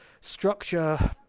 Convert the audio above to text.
structure